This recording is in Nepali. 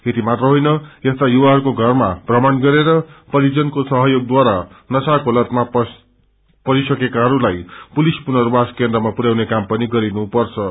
यति मात्र होइन यस्तका युवाहरूको घरमा थ्रमण गरेर परिजनको सहयोगद्वारा नशाको लतमा परिसकेकाहरूलाई पुलिस पुनर्वास केन्द्रमा पुर्याउने काम पनि गरून्